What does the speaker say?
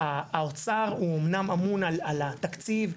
האוצר אמנם אמון על התקציב,